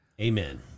Amen